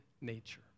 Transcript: nature